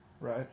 Right